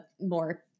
more